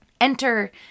Enter